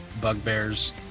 bugbears